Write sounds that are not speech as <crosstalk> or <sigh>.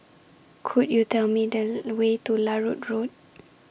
Could YOU Tell Me The <noise> Way to Larut Road